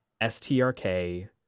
STRK